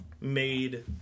made